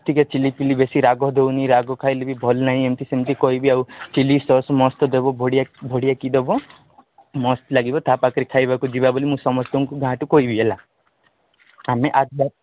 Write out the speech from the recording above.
ଟିକେ ଚିଲି ଫିଲି ବେଶୀ ରାଗ ଦେଉନି ରାଗ ଖାଇଲେ ବି ଭଲ ନାଇଁ ଏମତି ସେମତି କହିବି ଆଉ ଚିଲି ସସ୍ ମସ୍ତ ଦେବ ବଢ଼ିଆ ବଢ଼ିଆକି ଦେବ ମସ୍ତ ଲାଗିବ ତା ପାଖରେ ଖାଇବାକୁ ଯିବା ବୋଲି ମୁଁ ସମସ୍ତଙ୍କୁ ଗାଁଠୁ କହିବି ହେଲା ଆମେ ଆଠ ଦଶ